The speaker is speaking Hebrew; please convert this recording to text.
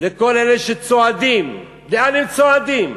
לכל אלה שצועדים, לאן הם צועדים?